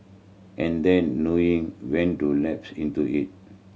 and then knowing when to lapse into it